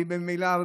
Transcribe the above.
וממילא,